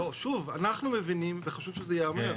שוב, אנחנו מבינים וחשוב שזה ייאמר.